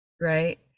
right